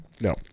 No